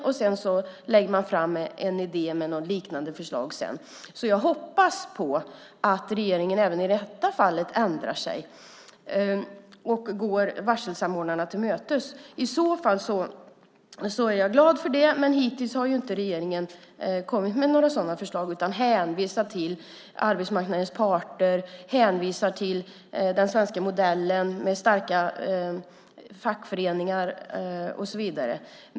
Och sedan lägger man fram ett förslag med en liknande idé. Så jag hoppas på att regeringen även i detta fall ändrar sig och går varselsamordnarna till mötes. I så fall är jag glad för det, men hittills har regeringen inte kommit med några sådana förslag utan hänvisar till arbetsmarknadens parter, till den svenska modellen med starka fackföreningar och så vidare.